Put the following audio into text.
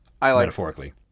Metaphorically